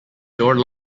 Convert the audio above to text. door